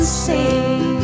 sing